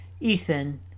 Ethan